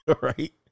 Right